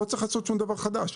לא צריך לעשות שום דבר חדש.